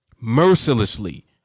Mercilessly